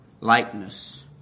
likeness